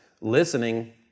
listening